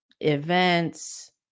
events